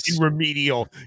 remedial